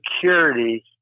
security